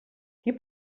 qui